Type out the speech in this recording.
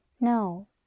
no